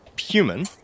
human